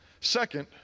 Second